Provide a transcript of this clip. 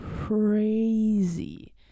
crazy